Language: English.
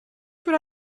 would